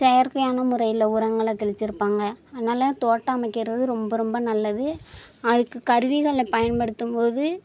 செயற்கையான முறையில் உரங்களை தெளிச்சிருப்பாங்க அதனால் தோட்டம் அமைக்கிறது ரொம்ப ரொம்ப நல்லது அதுக்கு கருவிகளை பயன்படுத்தும் போது